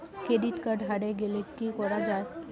Credit card হারে গেলে কি করা য়ায়?